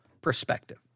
perspective